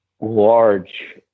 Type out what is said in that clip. large